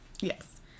Yes